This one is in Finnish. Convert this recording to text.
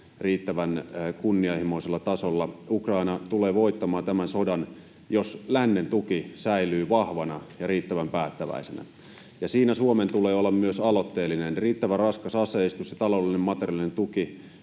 riittävän kunnianhimoisella tasolla. Ukraina tulee voittamaan tämän sodan, jos lännen tuki säilyy vahvana ja riittävän päättäväisenä, ja siinä Suomen tulee olla myös aloitteellinen. Riittävän raskas aseistus ja taloudellinen ja materiaalinen tuki